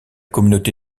communauté